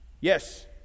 Yes